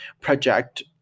project